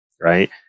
right